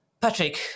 Patrick